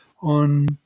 on